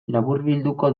laburbilduko